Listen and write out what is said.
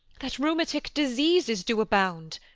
that rheumatic diseases do abound.